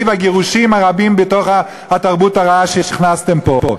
והגירושים הרבים בתוך התרבות הרעה שהכנסתם פה.